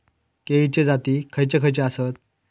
केळीचे जाती खयचे खयचे आसत?